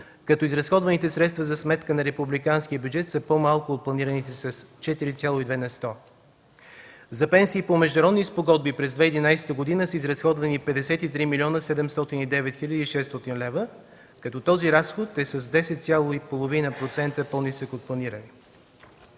като изразходваните средства за сметка на републиканския бюджет са по-малко от планираните с 4,2 на сто. За пенсии по международни спогодби през 2011 г. са изразходвани 53 млн. 709 хил. 600 лв., като този разход е с 10,5% по-нисък от планирания.